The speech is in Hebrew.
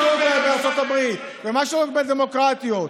נהוג בארצות הברית ומה שלא נהוג בדמוקרטיות,